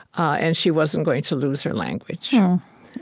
and she wasn't going to lose her language.